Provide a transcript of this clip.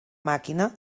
màquina